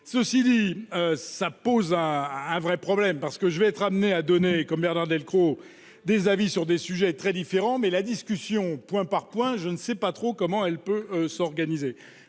ceci dit, ça pose un un vrai problème parce que je vais être amené à donner, comme Bernard Delcros des avis sur des sujets très différents, mais la discussion, point par point, je ne sais pas trop comment elle peut s'organiser,